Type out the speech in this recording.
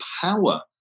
power